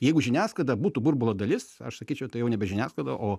jeigu žiniasklaida būtų burbulo dalis aš sakyčiau tai jau nebe žiniasklaida o